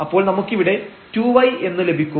അപ്പോൾ നമുക്കിവിടെ 2y എന്ന് ലഭിക്കും